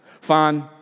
Fine